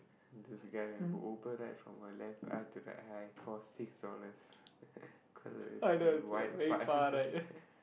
there's a guy in the book from my left eye to right eye cost six dollars cause it is uh why the part